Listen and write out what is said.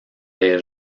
des